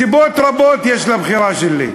סיבות רבות יש לבחירה שלי: